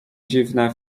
dziwne